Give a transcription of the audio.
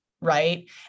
right